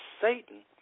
Satan